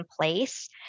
place